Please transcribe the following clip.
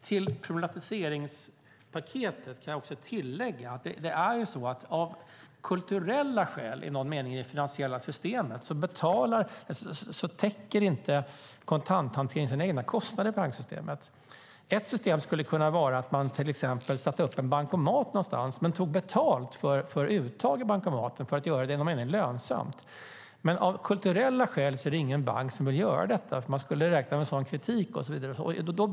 Till problematiseringspaketet kan jag tillägga att kontanthanteringen inte täcker sina egna kostnader i banksystemet. Ett system skulle kunna vara att man till exempel satte upp en bankomat någonstans och tog betalt för uttag i bankomaten för att göra det lönsamt. Men av kulturella skäl är det ingen bank som vill göra det, för de skulle räkna med att få stark kritik för det.